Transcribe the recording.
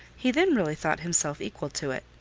he then really thought himself equal to it.